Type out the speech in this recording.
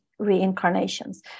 reincarnations